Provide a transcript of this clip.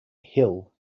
hill